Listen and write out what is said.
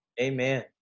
Amen